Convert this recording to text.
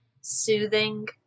soothing